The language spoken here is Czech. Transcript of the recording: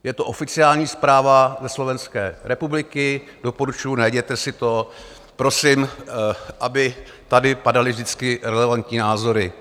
Je to oficiální zpráva ze Slovenské republiky, doporučuji, najděte si to prosím, aby tady padaly vždycky relevantní názory.